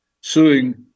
suing